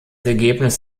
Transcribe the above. ergebnis